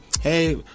Hey